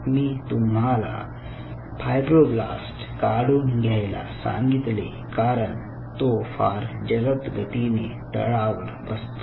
मी तुम्हाला फायब्रोब्लास्ट काढून घ्यायला सांगितले कारण तो फार जलद गतीने तळावर बसतो